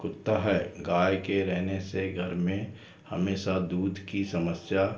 कुत्ता है गाय के रहने से घर में हमेशा दूध की समस्या